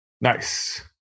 nice